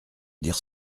dire